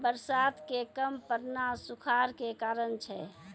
बरसात के कम पड़ना सूखाड़ के कारण छै